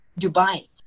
Dubai